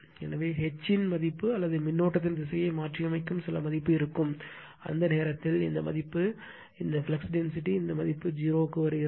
எனவே H மதிப்பு அல்லது மின்னோட்டத்தின் திசையை மாற்றியமைக்கும் சில மதிப்பு இருக்கும் அந்த நேரத்தில் இந்த மதிப்பு இந்த ஃப்ளக்ஸ் டென்சிட்டி இந்த மதிப்பு 0 க்கு வருகிறது